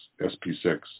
SP6